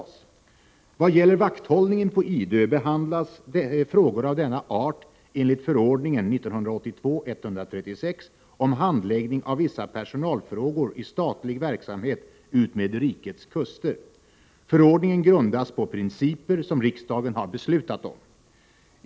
I vad gäller vakthållningen på Idö behandlas frågor av denna art enligt förordningen om handläggning av vissa personalfrågor i statlig verksamhet utmed rikets kuster. Förordningen grundas på principer som riksdagen har beslutat om.